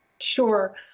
Sure